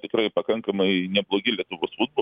tikrai pakankamai neblogi lietuvos futbolui